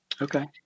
Okay